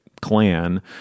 Clan